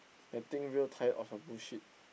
getting real tired of your bullshit